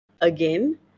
again